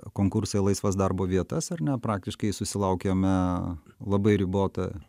konkursą į laisvas darbo vietas ar ne praktiškai susilaukiame labai ribotą